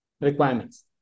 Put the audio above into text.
requirements